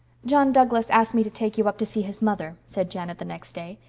john douglas asked me to take you up to see his mother, said janet the next day.